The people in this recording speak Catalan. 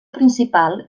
principal